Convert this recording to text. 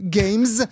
games